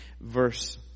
verse